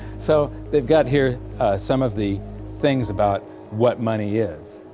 so they've got here some of the things about what money is,